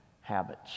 habits